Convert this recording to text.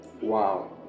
Wow